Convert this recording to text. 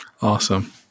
Awesome